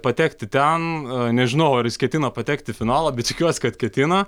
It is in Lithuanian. patekti ten nežinau ar jis ketina patekt į finalą bet tikiuosi kad ketina